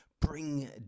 bring